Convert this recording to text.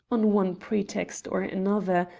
on one pretext or another,